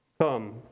Come